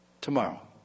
tomorrow